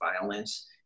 violence